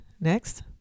Next